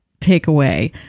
takeaway